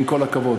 עם כל הכבוד,